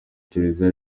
kiliziya